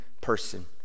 person